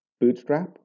bootstrap